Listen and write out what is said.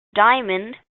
diamond